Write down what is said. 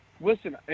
Listen